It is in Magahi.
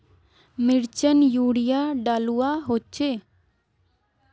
मिर्चान यूरिया डलुआ होचे?